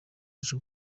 aje